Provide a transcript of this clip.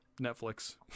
Netflix